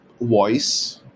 voice